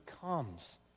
comes